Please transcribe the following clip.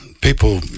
people